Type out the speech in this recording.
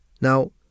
Now